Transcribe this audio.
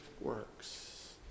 works